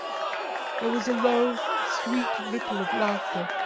there was a low, sweet ripple of laughter,